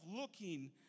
looking